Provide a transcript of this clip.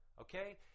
Okay